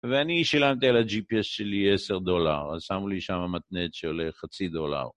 ואני שילמתי על הג'יפיאס שלי עשר דולר, אז שמו לי שם מגנט שעולה חצי דולר.